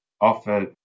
offer